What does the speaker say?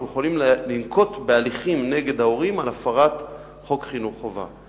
אנחנו יכולים לנקוט הליכים נגד ההורים על הפרת חוק חינוך חובה.